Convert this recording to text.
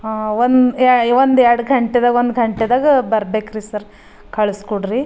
ಒಂದು ಒಂದು ಎರಡು ಗಂಟೆದಾಗ ಒಂದು ಗಂಟೆದಾಗ ಬರಬೇಕ್ರಿ ಸರ್ ಕಳ್ಸ್ಕೊಡ್ರಿ